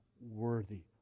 worthy